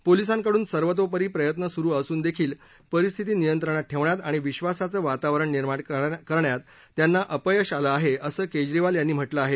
पोलिसांकडून सर्वतोपरी प्रयत्न सुरु असूनदेखील परिस्थिती नियंत्रणात ठेवण्यात आणि विश्वासाचं वातावरण निर्माण करण्यात त्यांना अपयश आलं आहे असं केजरीवाल यांनी म्हटलं आहे